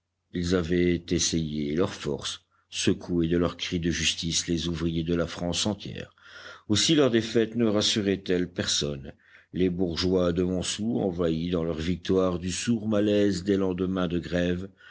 ils avaient essayé leur force secoué de leur cri de justice les ouvriers de la france entière aussi leur défaite ne rassurait elle personne les bourgeois de montsou envahis dans leur victoire du sourd malaise des lendemains de grève